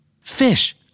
Fish